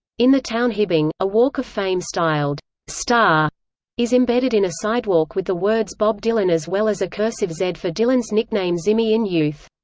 in the town hibbing, a walk of fame-styled star is embedded in a sidewalk with the words bob dylan as well as a cursive-z for dylan's nickname zimmy in youth.